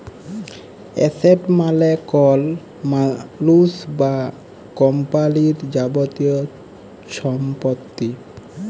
asset মালে কল মালুস বা কম্পালির যাবতীয় ছম্পত্তি